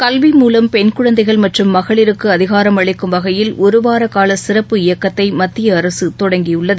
கல்வி மூலம் பெண் குழந்தைகள் மற்றும் மகளிருக்கு அதிகாரம் அளிக்கும் வகையில் ஒரு வார கால சிறப்பு இயக்கத்தை மத்திய அரசு தொடங்கியுள்ளது